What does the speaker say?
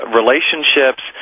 relationships